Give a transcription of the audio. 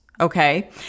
Okay